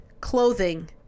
clothing